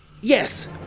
Yes